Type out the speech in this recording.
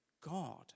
God